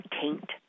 taint